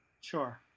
Sure